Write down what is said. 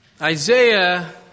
Isaiah